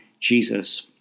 Jesus